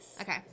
Okay